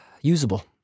usable